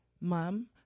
Mom